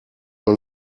man